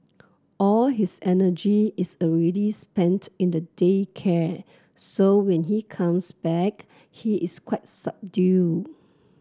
all his energy is already spent in the day care so when he comes back he is quite subdued